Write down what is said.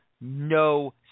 no